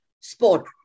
sport